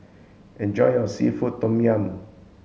enjoy your seafood tom yum